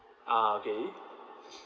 ah okay